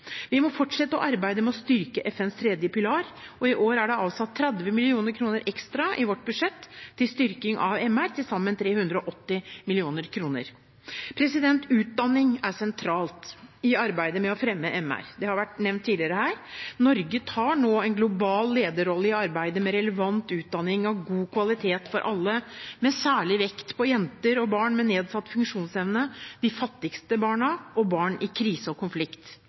Vi må fortsette å arbeide med å styrke FNs tredje pilar, og i år er det avsatt 30 mill. kr ekstra i vårt budsjett til styrking av menneskerettighetene – til sammen 380 mill. kr. Utdanning er sentralt i arbeidet med å fremme menneskerettighetene. Det har vært nevnt tidligere her – Norge tar nå en global lederrolle i arbeidet med relevant utdanning av god kvalitet for alle, med særlig vekt på jenter og barn med nedsatt funksjonsevne, de fattigste barna og barn i krise og konflikt.